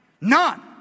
None